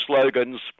slogans